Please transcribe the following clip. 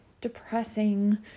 depressing